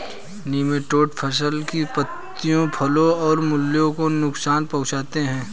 nematode फसल की पत्तियों फलों और फूलों को नुकसान पहुंचाते हैं